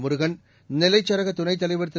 முருகன் நெல்லைச் சரக துணைத் தலைவர் திரு